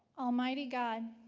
almighty god,